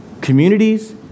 communities